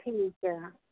ਠੀਕ ਹੈ